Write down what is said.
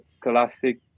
classic